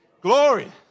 Glory